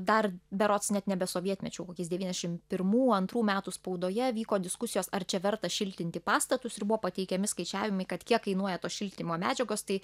dar berods net nebe sovietmečiu o kokiais devyniasdešim pirmų antrų metų spaudoje vyko diskusijos ar čia verta šiltinti pastatus ir buvo pateikiami skaičiavimai kad kiek kainuoja tos šiltinimo medžiagos tai